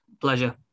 Pleasure